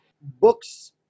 books